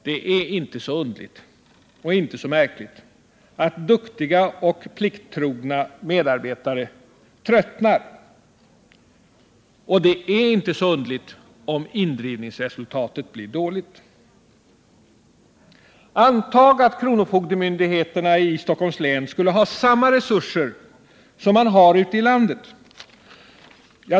Det är inte så märkligt att duktiga och plikttrogna medarbetare tröttnar, och det är inte så underligt om indrivningsresultatet blir så dåligt. Antag att kronofogdemyndigheterna i Stockholms län skulle ha samma resurser som man har ute i landet.